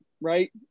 right